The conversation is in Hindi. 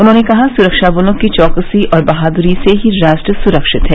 उन्होंने कहा सुरक्षा बलों की चौकसी और बहादुरी से ही राष्ट्र सुरक्षित है